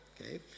Okay